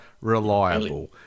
Reliable